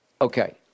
Okay